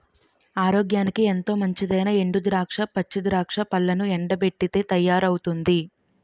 ఆరోగ్యానికి ఎంతో మంచిదైనా ఎండు ద్రాక్ష, పచ్చి ద్రాక్ష పళ్లను ఎండబెట్టితే తయారవుతుంది